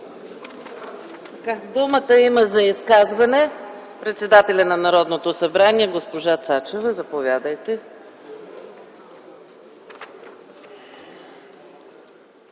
думата за изказване председателят на Народното събрание госпожа Цачева. Заповядайте!